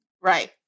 Right